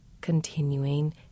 Continuing